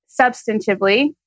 substantively